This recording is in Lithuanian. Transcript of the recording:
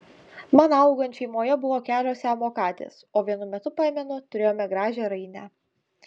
man augant šeimoje buvo kelios siamo katės o vienu metu pamenu turėjome gražią rainę